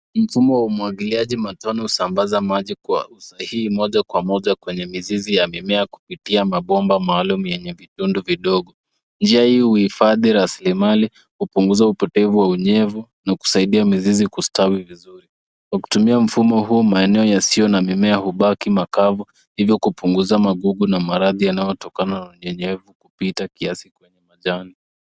Mfumo wa umwagiliaji matone husambaza maji kwa usahihi moja kwa moja kwenye mizizi kupitia mabomba maalumu yenye vitundu vidogo. Njia hii huifadhi rasilimali, hupunguza upotevu wa unyevu na kusaidia mizizi kustawi vizuri. Kwa kutumia mfumo huu maeneo yasiyo na mimea hubaki makavu hivyo kupunguza magugu na maradhi yanayotokana na unyevu kupita kiasi kwa majani.